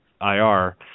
IR